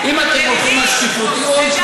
לא,